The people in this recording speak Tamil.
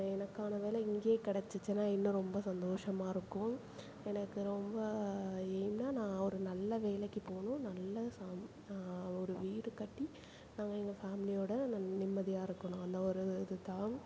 எனக்கான வேலை இங்கேயே கெடைச்சிச்சினா இன்னும் ரொம்ப சந்தோஷமாக இருக்கும் எனக்கு ரொம்ப எய்ம்னா நான் ஒரு நல்ல வேலைக்கு போகணும் நல்ல சம் ஒரு வீடு கட்டி நாங்கள் எங்கள் ஃபேமிலியோடு நம் நிம்மதியாக இருக்கணும் அந்த ஒரு இது தான்